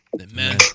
Amen